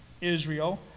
Israel